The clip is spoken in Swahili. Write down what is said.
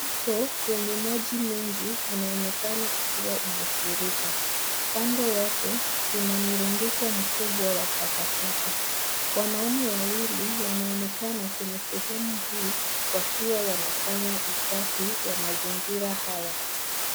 Mto wenye maji mengi unaonekana ukiwa umefurika. Kando yake kuna mirunduko mkubwa wa takataka. Wanaume wawili wanaonekana kwenye sehemu hii wakiwa wanafanya usafi wa mazingira haya.